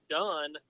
done